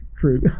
true